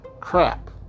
crap